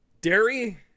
dairy